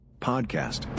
Podcast